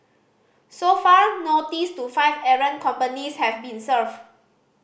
so far notice to five errant companies have been served